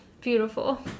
beautiful